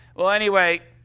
well, anyway,